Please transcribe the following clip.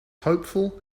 hopeful